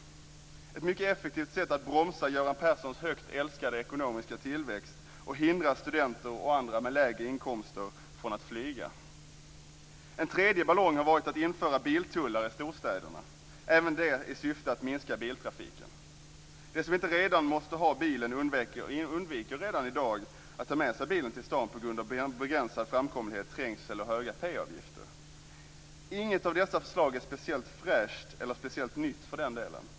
Det är ett effektivt sätt att bromsa Göran Perssons högt älskade ekonomiska tillväxt och hindra studenter och andra med lägre inkomster från att flyga. En tredje ballong har varit att införa biltullar i storstäderna - även det i syfte att minska biltrafiken. De som inte redan måste ha bil undviker redan i dag att ta med sig bilen till staden på grund av begränsad framkomlighet, trängsel och höga p-avgifter. Inga av dessa förslag är speciellt fräscha eller speciellt nya för den delen.